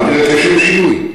אמרתי רק "לשם שינוי".